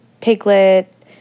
piglet